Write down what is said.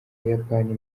buyapani